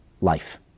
life